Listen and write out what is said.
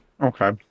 Okay